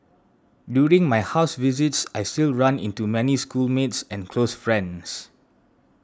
during my house visits I still run into many schoolmates and close friends